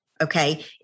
Okay